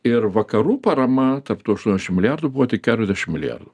ir vakarų parama tarp tų aštuondešimt milijardų buvo tik keturiasdešimt milijardų